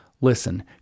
listen